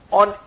on